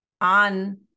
on